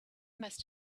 must